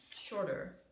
shorter